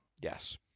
yes